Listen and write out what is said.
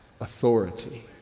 authority